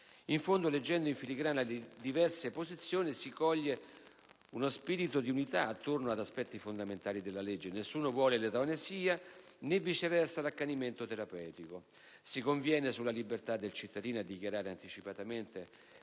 In fondo, leggendo in filigrana le diverse posizioni, si coglie uno spirito di unità attorno ad aspetti fondamentali della legge: nessuno vuole l'eutanasia, né viceversa l'accanimento terapeutico; si conviene sulla libertà del cittadino a dichiarare anticipatamente